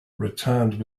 returned